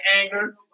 anger